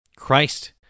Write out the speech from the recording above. Christ